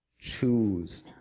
choose